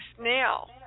now